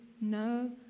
no